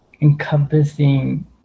encompassing